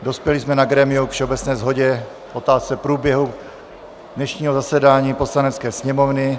Dospěli jsme na grémiu k všeobecné shodě v otázce průběhu dnešního zasedání Poslanecké sněmovny.